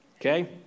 Okay